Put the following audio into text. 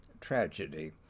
tragedy